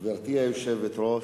גברתי היושבת-ראש,